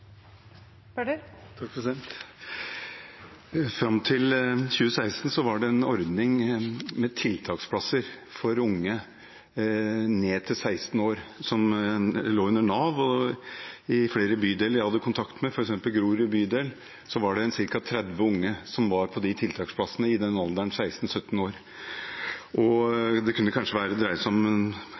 Fram til 2016 var det en ordning med tiltaksplasser for unge ned til 16 år, som lå under Nav. Jeg hadde kontakt med flere bydeler, f.eks. Grorud bydel, og der var det ca. 30 unge i alderen 16–17 år som var på disse tiltaksplassene. Bare i bydelene i Groruddalen kunne det kanskje dreie seg om et par hundre ungdommer i 16–17-årsalderen som benyttet seg